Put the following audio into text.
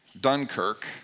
Dunkirk